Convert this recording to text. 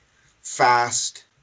fast